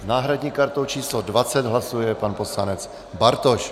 S náhradní kartou číslo 20 hlasuje pan poslanec Bartoš.